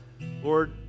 lord